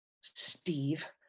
Steve